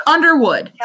Underwood